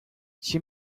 she